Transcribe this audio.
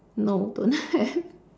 no don't have